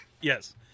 Yes